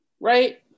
right